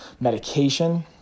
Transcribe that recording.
medication